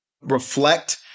reflect